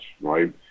right